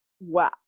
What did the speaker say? Wow